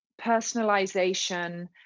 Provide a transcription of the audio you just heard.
personalization